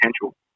potential